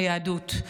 היהדות.